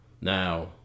now